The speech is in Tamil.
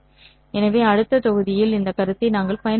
எனவே அடுத்த தொகுதியில் இந்த கருத்தை நாங்கள் பயன்படுத்துவோம்